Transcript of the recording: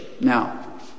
Now